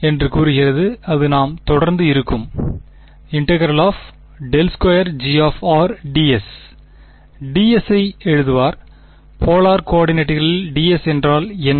என்று கூறுகிறது அது நாம் தொடர்ந்து இருக்கும் ∫∇2Gds ds ஐ எழுதுவார் போலார் கோஆர்டினேட்களில் ds என்றால் என்ன